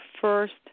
first